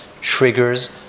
triggers